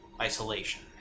isolation